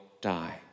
die